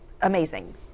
Amazing